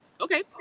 Okay